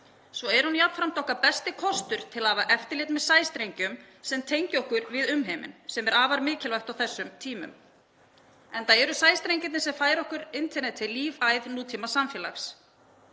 Svo er hún jafnframt okkar besti kostur til að hafa eftirlit með sæstrengjum sem tengja okkur við umheiminn, sem er afar mikilvægt á þessum tímum, enda eru það sæstrengirnir sem færa okkur internetið, lífæð nútímasamfélags.